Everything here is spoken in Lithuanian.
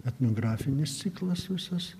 etnografinis ciklas visas